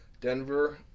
Denver